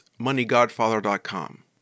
moneygodfather.com